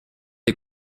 est